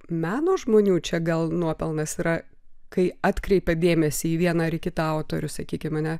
meno žmonių čia gal nuopelnas yra kai atkreipia dėmesį į vieną ar kitą autorių sakykime mane